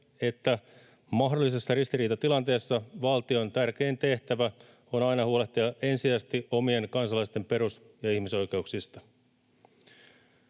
että mahdollisessa ristiriitatilanteessa valtion tärkein tehtävä on aina huolehtia ensisijaisesti omien kansalaisten perus- ja ihmisoikeuksista.